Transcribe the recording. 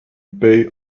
pay